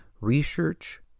research